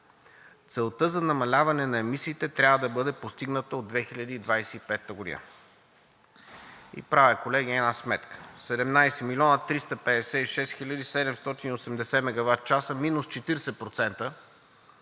Целта за намаляване на емисиите трябва да бъде постигната от 2025 г.“ И правя, колеги, една сметка – 17 млн. 356 хил. 780 мегаватчаса минус 40%